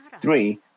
three